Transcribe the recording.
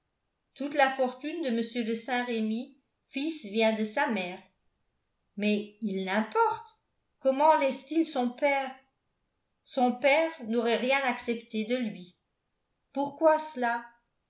toute la fortune de m de saint-remy fils vient de sa mère mais il n'importe comment laisse-t-il son père son père n'aurait rien accepté de lui pourquoi cela